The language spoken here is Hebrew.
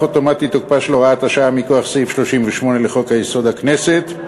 אוטומטית תוקפה של הוראת השעה מכוח סעיף 38 לחוק-יסוד: הכנסת,